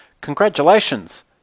Congratulations